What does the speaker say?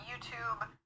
YouTube